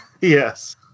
Yes